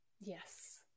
Yes